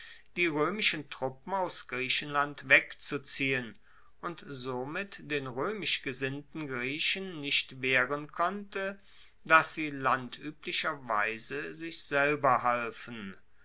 die roemischen truppen aus griechenland wegzuziehen und somit den roemisch gesinnten griechen nicht wehren konnte dass sie landueblicher weise sich selber halfen